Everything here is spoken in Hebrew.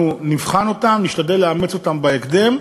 אנחנו נבחן אותן, נשתדל לאמץ אותן בהקדם,